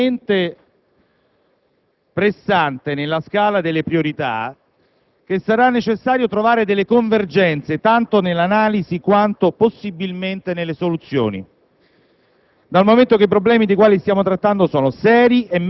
Colleghi, il tema è talmente pressante nella scala delle priorità che sarà necessario trovare delle convergenze, tanto nell'analisi, quanto, possibilmente, nelle soluzioni,